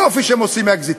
יופי שהם עושים אקזיטים.